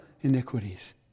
iniquities